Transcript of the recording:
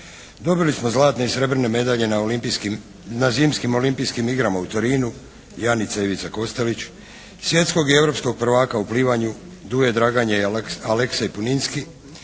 Dobili smo zlatne i srebrne medalje na Zimskim olimpijskim igrama u Torinu, Janica i Ivica Kostelić, svjetskog i europskog prvaka u plivanja Duje Draganje i Aleksej Puninski,